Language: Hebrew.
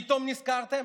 פתאום נזכרתם,